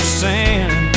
sand